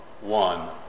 one